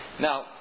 Now